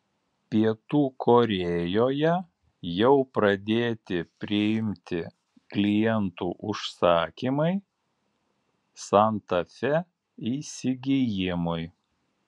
pietų korėjoje jau pradėti priimti klientų užsakymai santa fe įsigijimui